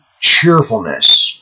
cheerfulness